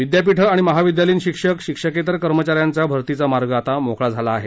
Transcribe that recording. विद्यापीठं आणि महाविद्यालयीन शिक्षक शिक्षकेतर कर्मचाऱ्यांचा भर्तीचा मार्ग आता मोकळा झाला आहे